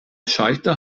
schalter